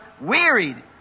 wearied